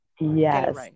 Yes